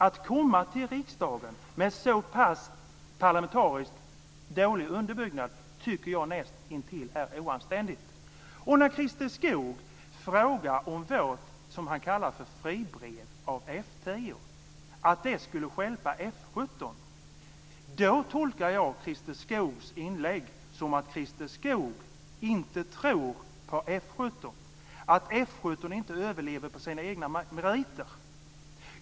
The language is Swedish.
Att komma till riksdagen med en sådan parlamentariskt dålig underbyggnad tycker jag är näst intill oanständigt. Christer Skoog frågar om vårt, som han kallar det, fribrev för F 10 och säger att det skulle stjälpa F 17. Jag tolkar Christer Skoogs inlägg så att han inte tror på att F 17 överlever på sina egna meriter.